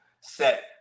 set